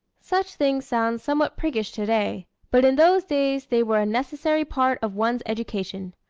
such things sound somewhat priggish today but in those days they were a necessary part of one's education.